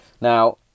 Now